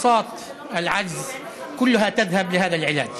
ושנאלצים להוציא את כל קצבאות הנכות שבידיהם לטיפול בהן.